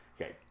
Okay